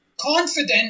confident